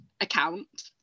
account